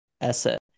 asset